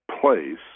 place